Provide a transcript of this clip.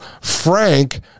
Frank